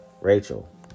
Rachel